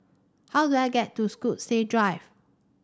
how do I get to Stokesay Drive